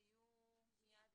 הסעיפים,